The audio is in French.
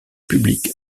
publics